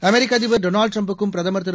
அமெிக்கஅதிபர் டொனால்டுடிரம்ப்புக்கும் பிரதமர் திரு